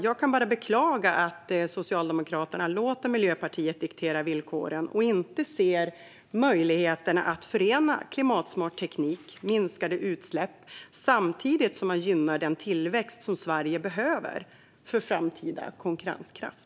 Jag kan bara beklaga att Socialdemokraterna låter Miljöpartiet diktera villkoren och inte ser möjligheterna att förena klimatsmart teknik och minskade utsläpp samtidigt som man gynnar den tillväxt som Sverige behöver för framtida konkurrenskraft.